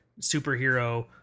superhero